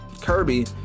Kirby